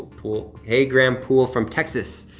poole. hey, graham poole from texas,